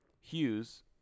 Hughes